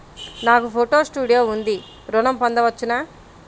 నాకు photo studio ఉంది ఋణం పొంద వచ్చునా?